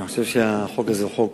אני חושב שהחוק הזה הוא חוק